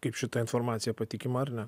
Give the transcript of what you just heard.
kaip šita informacija patikima ar ne